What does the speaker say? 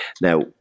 Now